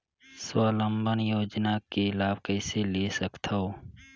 स्वावलंबन योजना के लाभ कइसे ले सकथव?